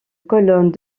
colonnes